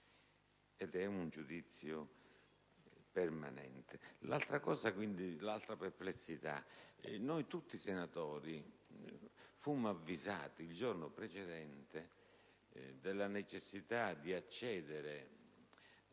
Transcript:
ed è un giudizio permanente - è che noi tutti senatori fummo avvisati il giorno precedente della necessità di accedere